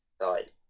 side